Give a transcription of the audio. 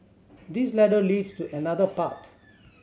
this ladder leads to another path